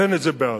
תן את זה בעזה.